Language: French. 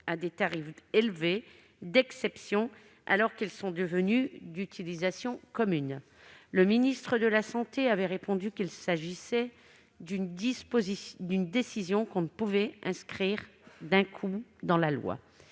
à des tarifs élevés d'exception, alors qu'ils sont devenus d'utilisation commune. Le ministre de la santé avait répondu qu'il s'agissait d'une décision que l'on ne pouvait inscrire sans évaluation